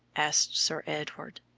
asked sir edward.